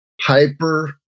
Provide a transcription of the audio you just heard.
hyper